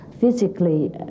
physically